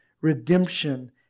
Redemption